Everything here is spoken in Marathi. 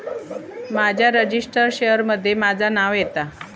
माझ्या रजिस्टर्ड शेयर मध्ये माझा नाव येता